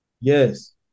Yes